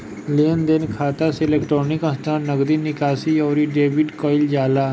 लेनदेन खाता से इलेक्ट्रोनिक अंतरण, नगदी निकासी, अउरी डेबिट कईल जाला